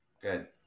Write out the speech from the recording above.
Good